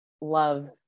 love